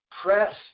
press